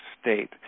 state